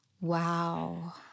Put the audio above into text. Wow